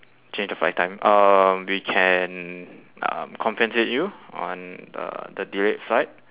change the flight time um we can um compensate you on the the delayed fight